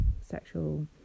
sexual